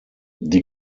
die